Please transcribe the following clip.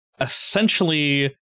essentially